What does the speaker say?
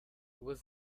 was